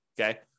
Okay